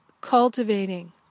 cultivating